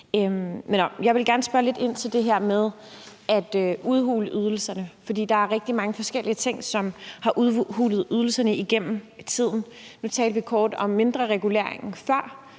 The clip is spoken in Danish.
Jeg vil gerne spørge ind til det her med at udhule ydelserne, for der er rigtig mange forskellige ting, som har udhulet ydelserne igennem tiden. Nu talte vi kort om mindrereguleringen før,